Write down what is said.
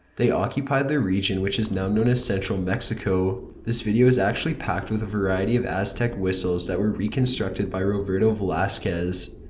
they occupied the region which is now known as central mexico. this video is actually packed with a variety of aztec whistles that were reconstructed by roberto velasquez,